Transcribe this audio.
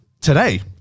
today